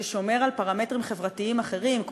ששומר על פרמטרים חברתיים אחרים,